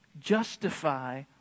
justify